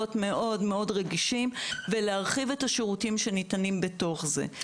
מאוד-מאוד רגישים ולהרחיב את השירותים שניתנים בתוך זה.